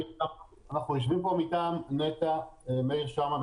אנחנו יושבים פה מטעם נת"ע: מאיר שמרה,